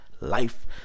life